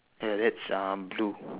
ya that's uh blue